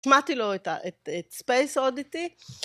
‫השמעתי לו את ספייס אודיטי.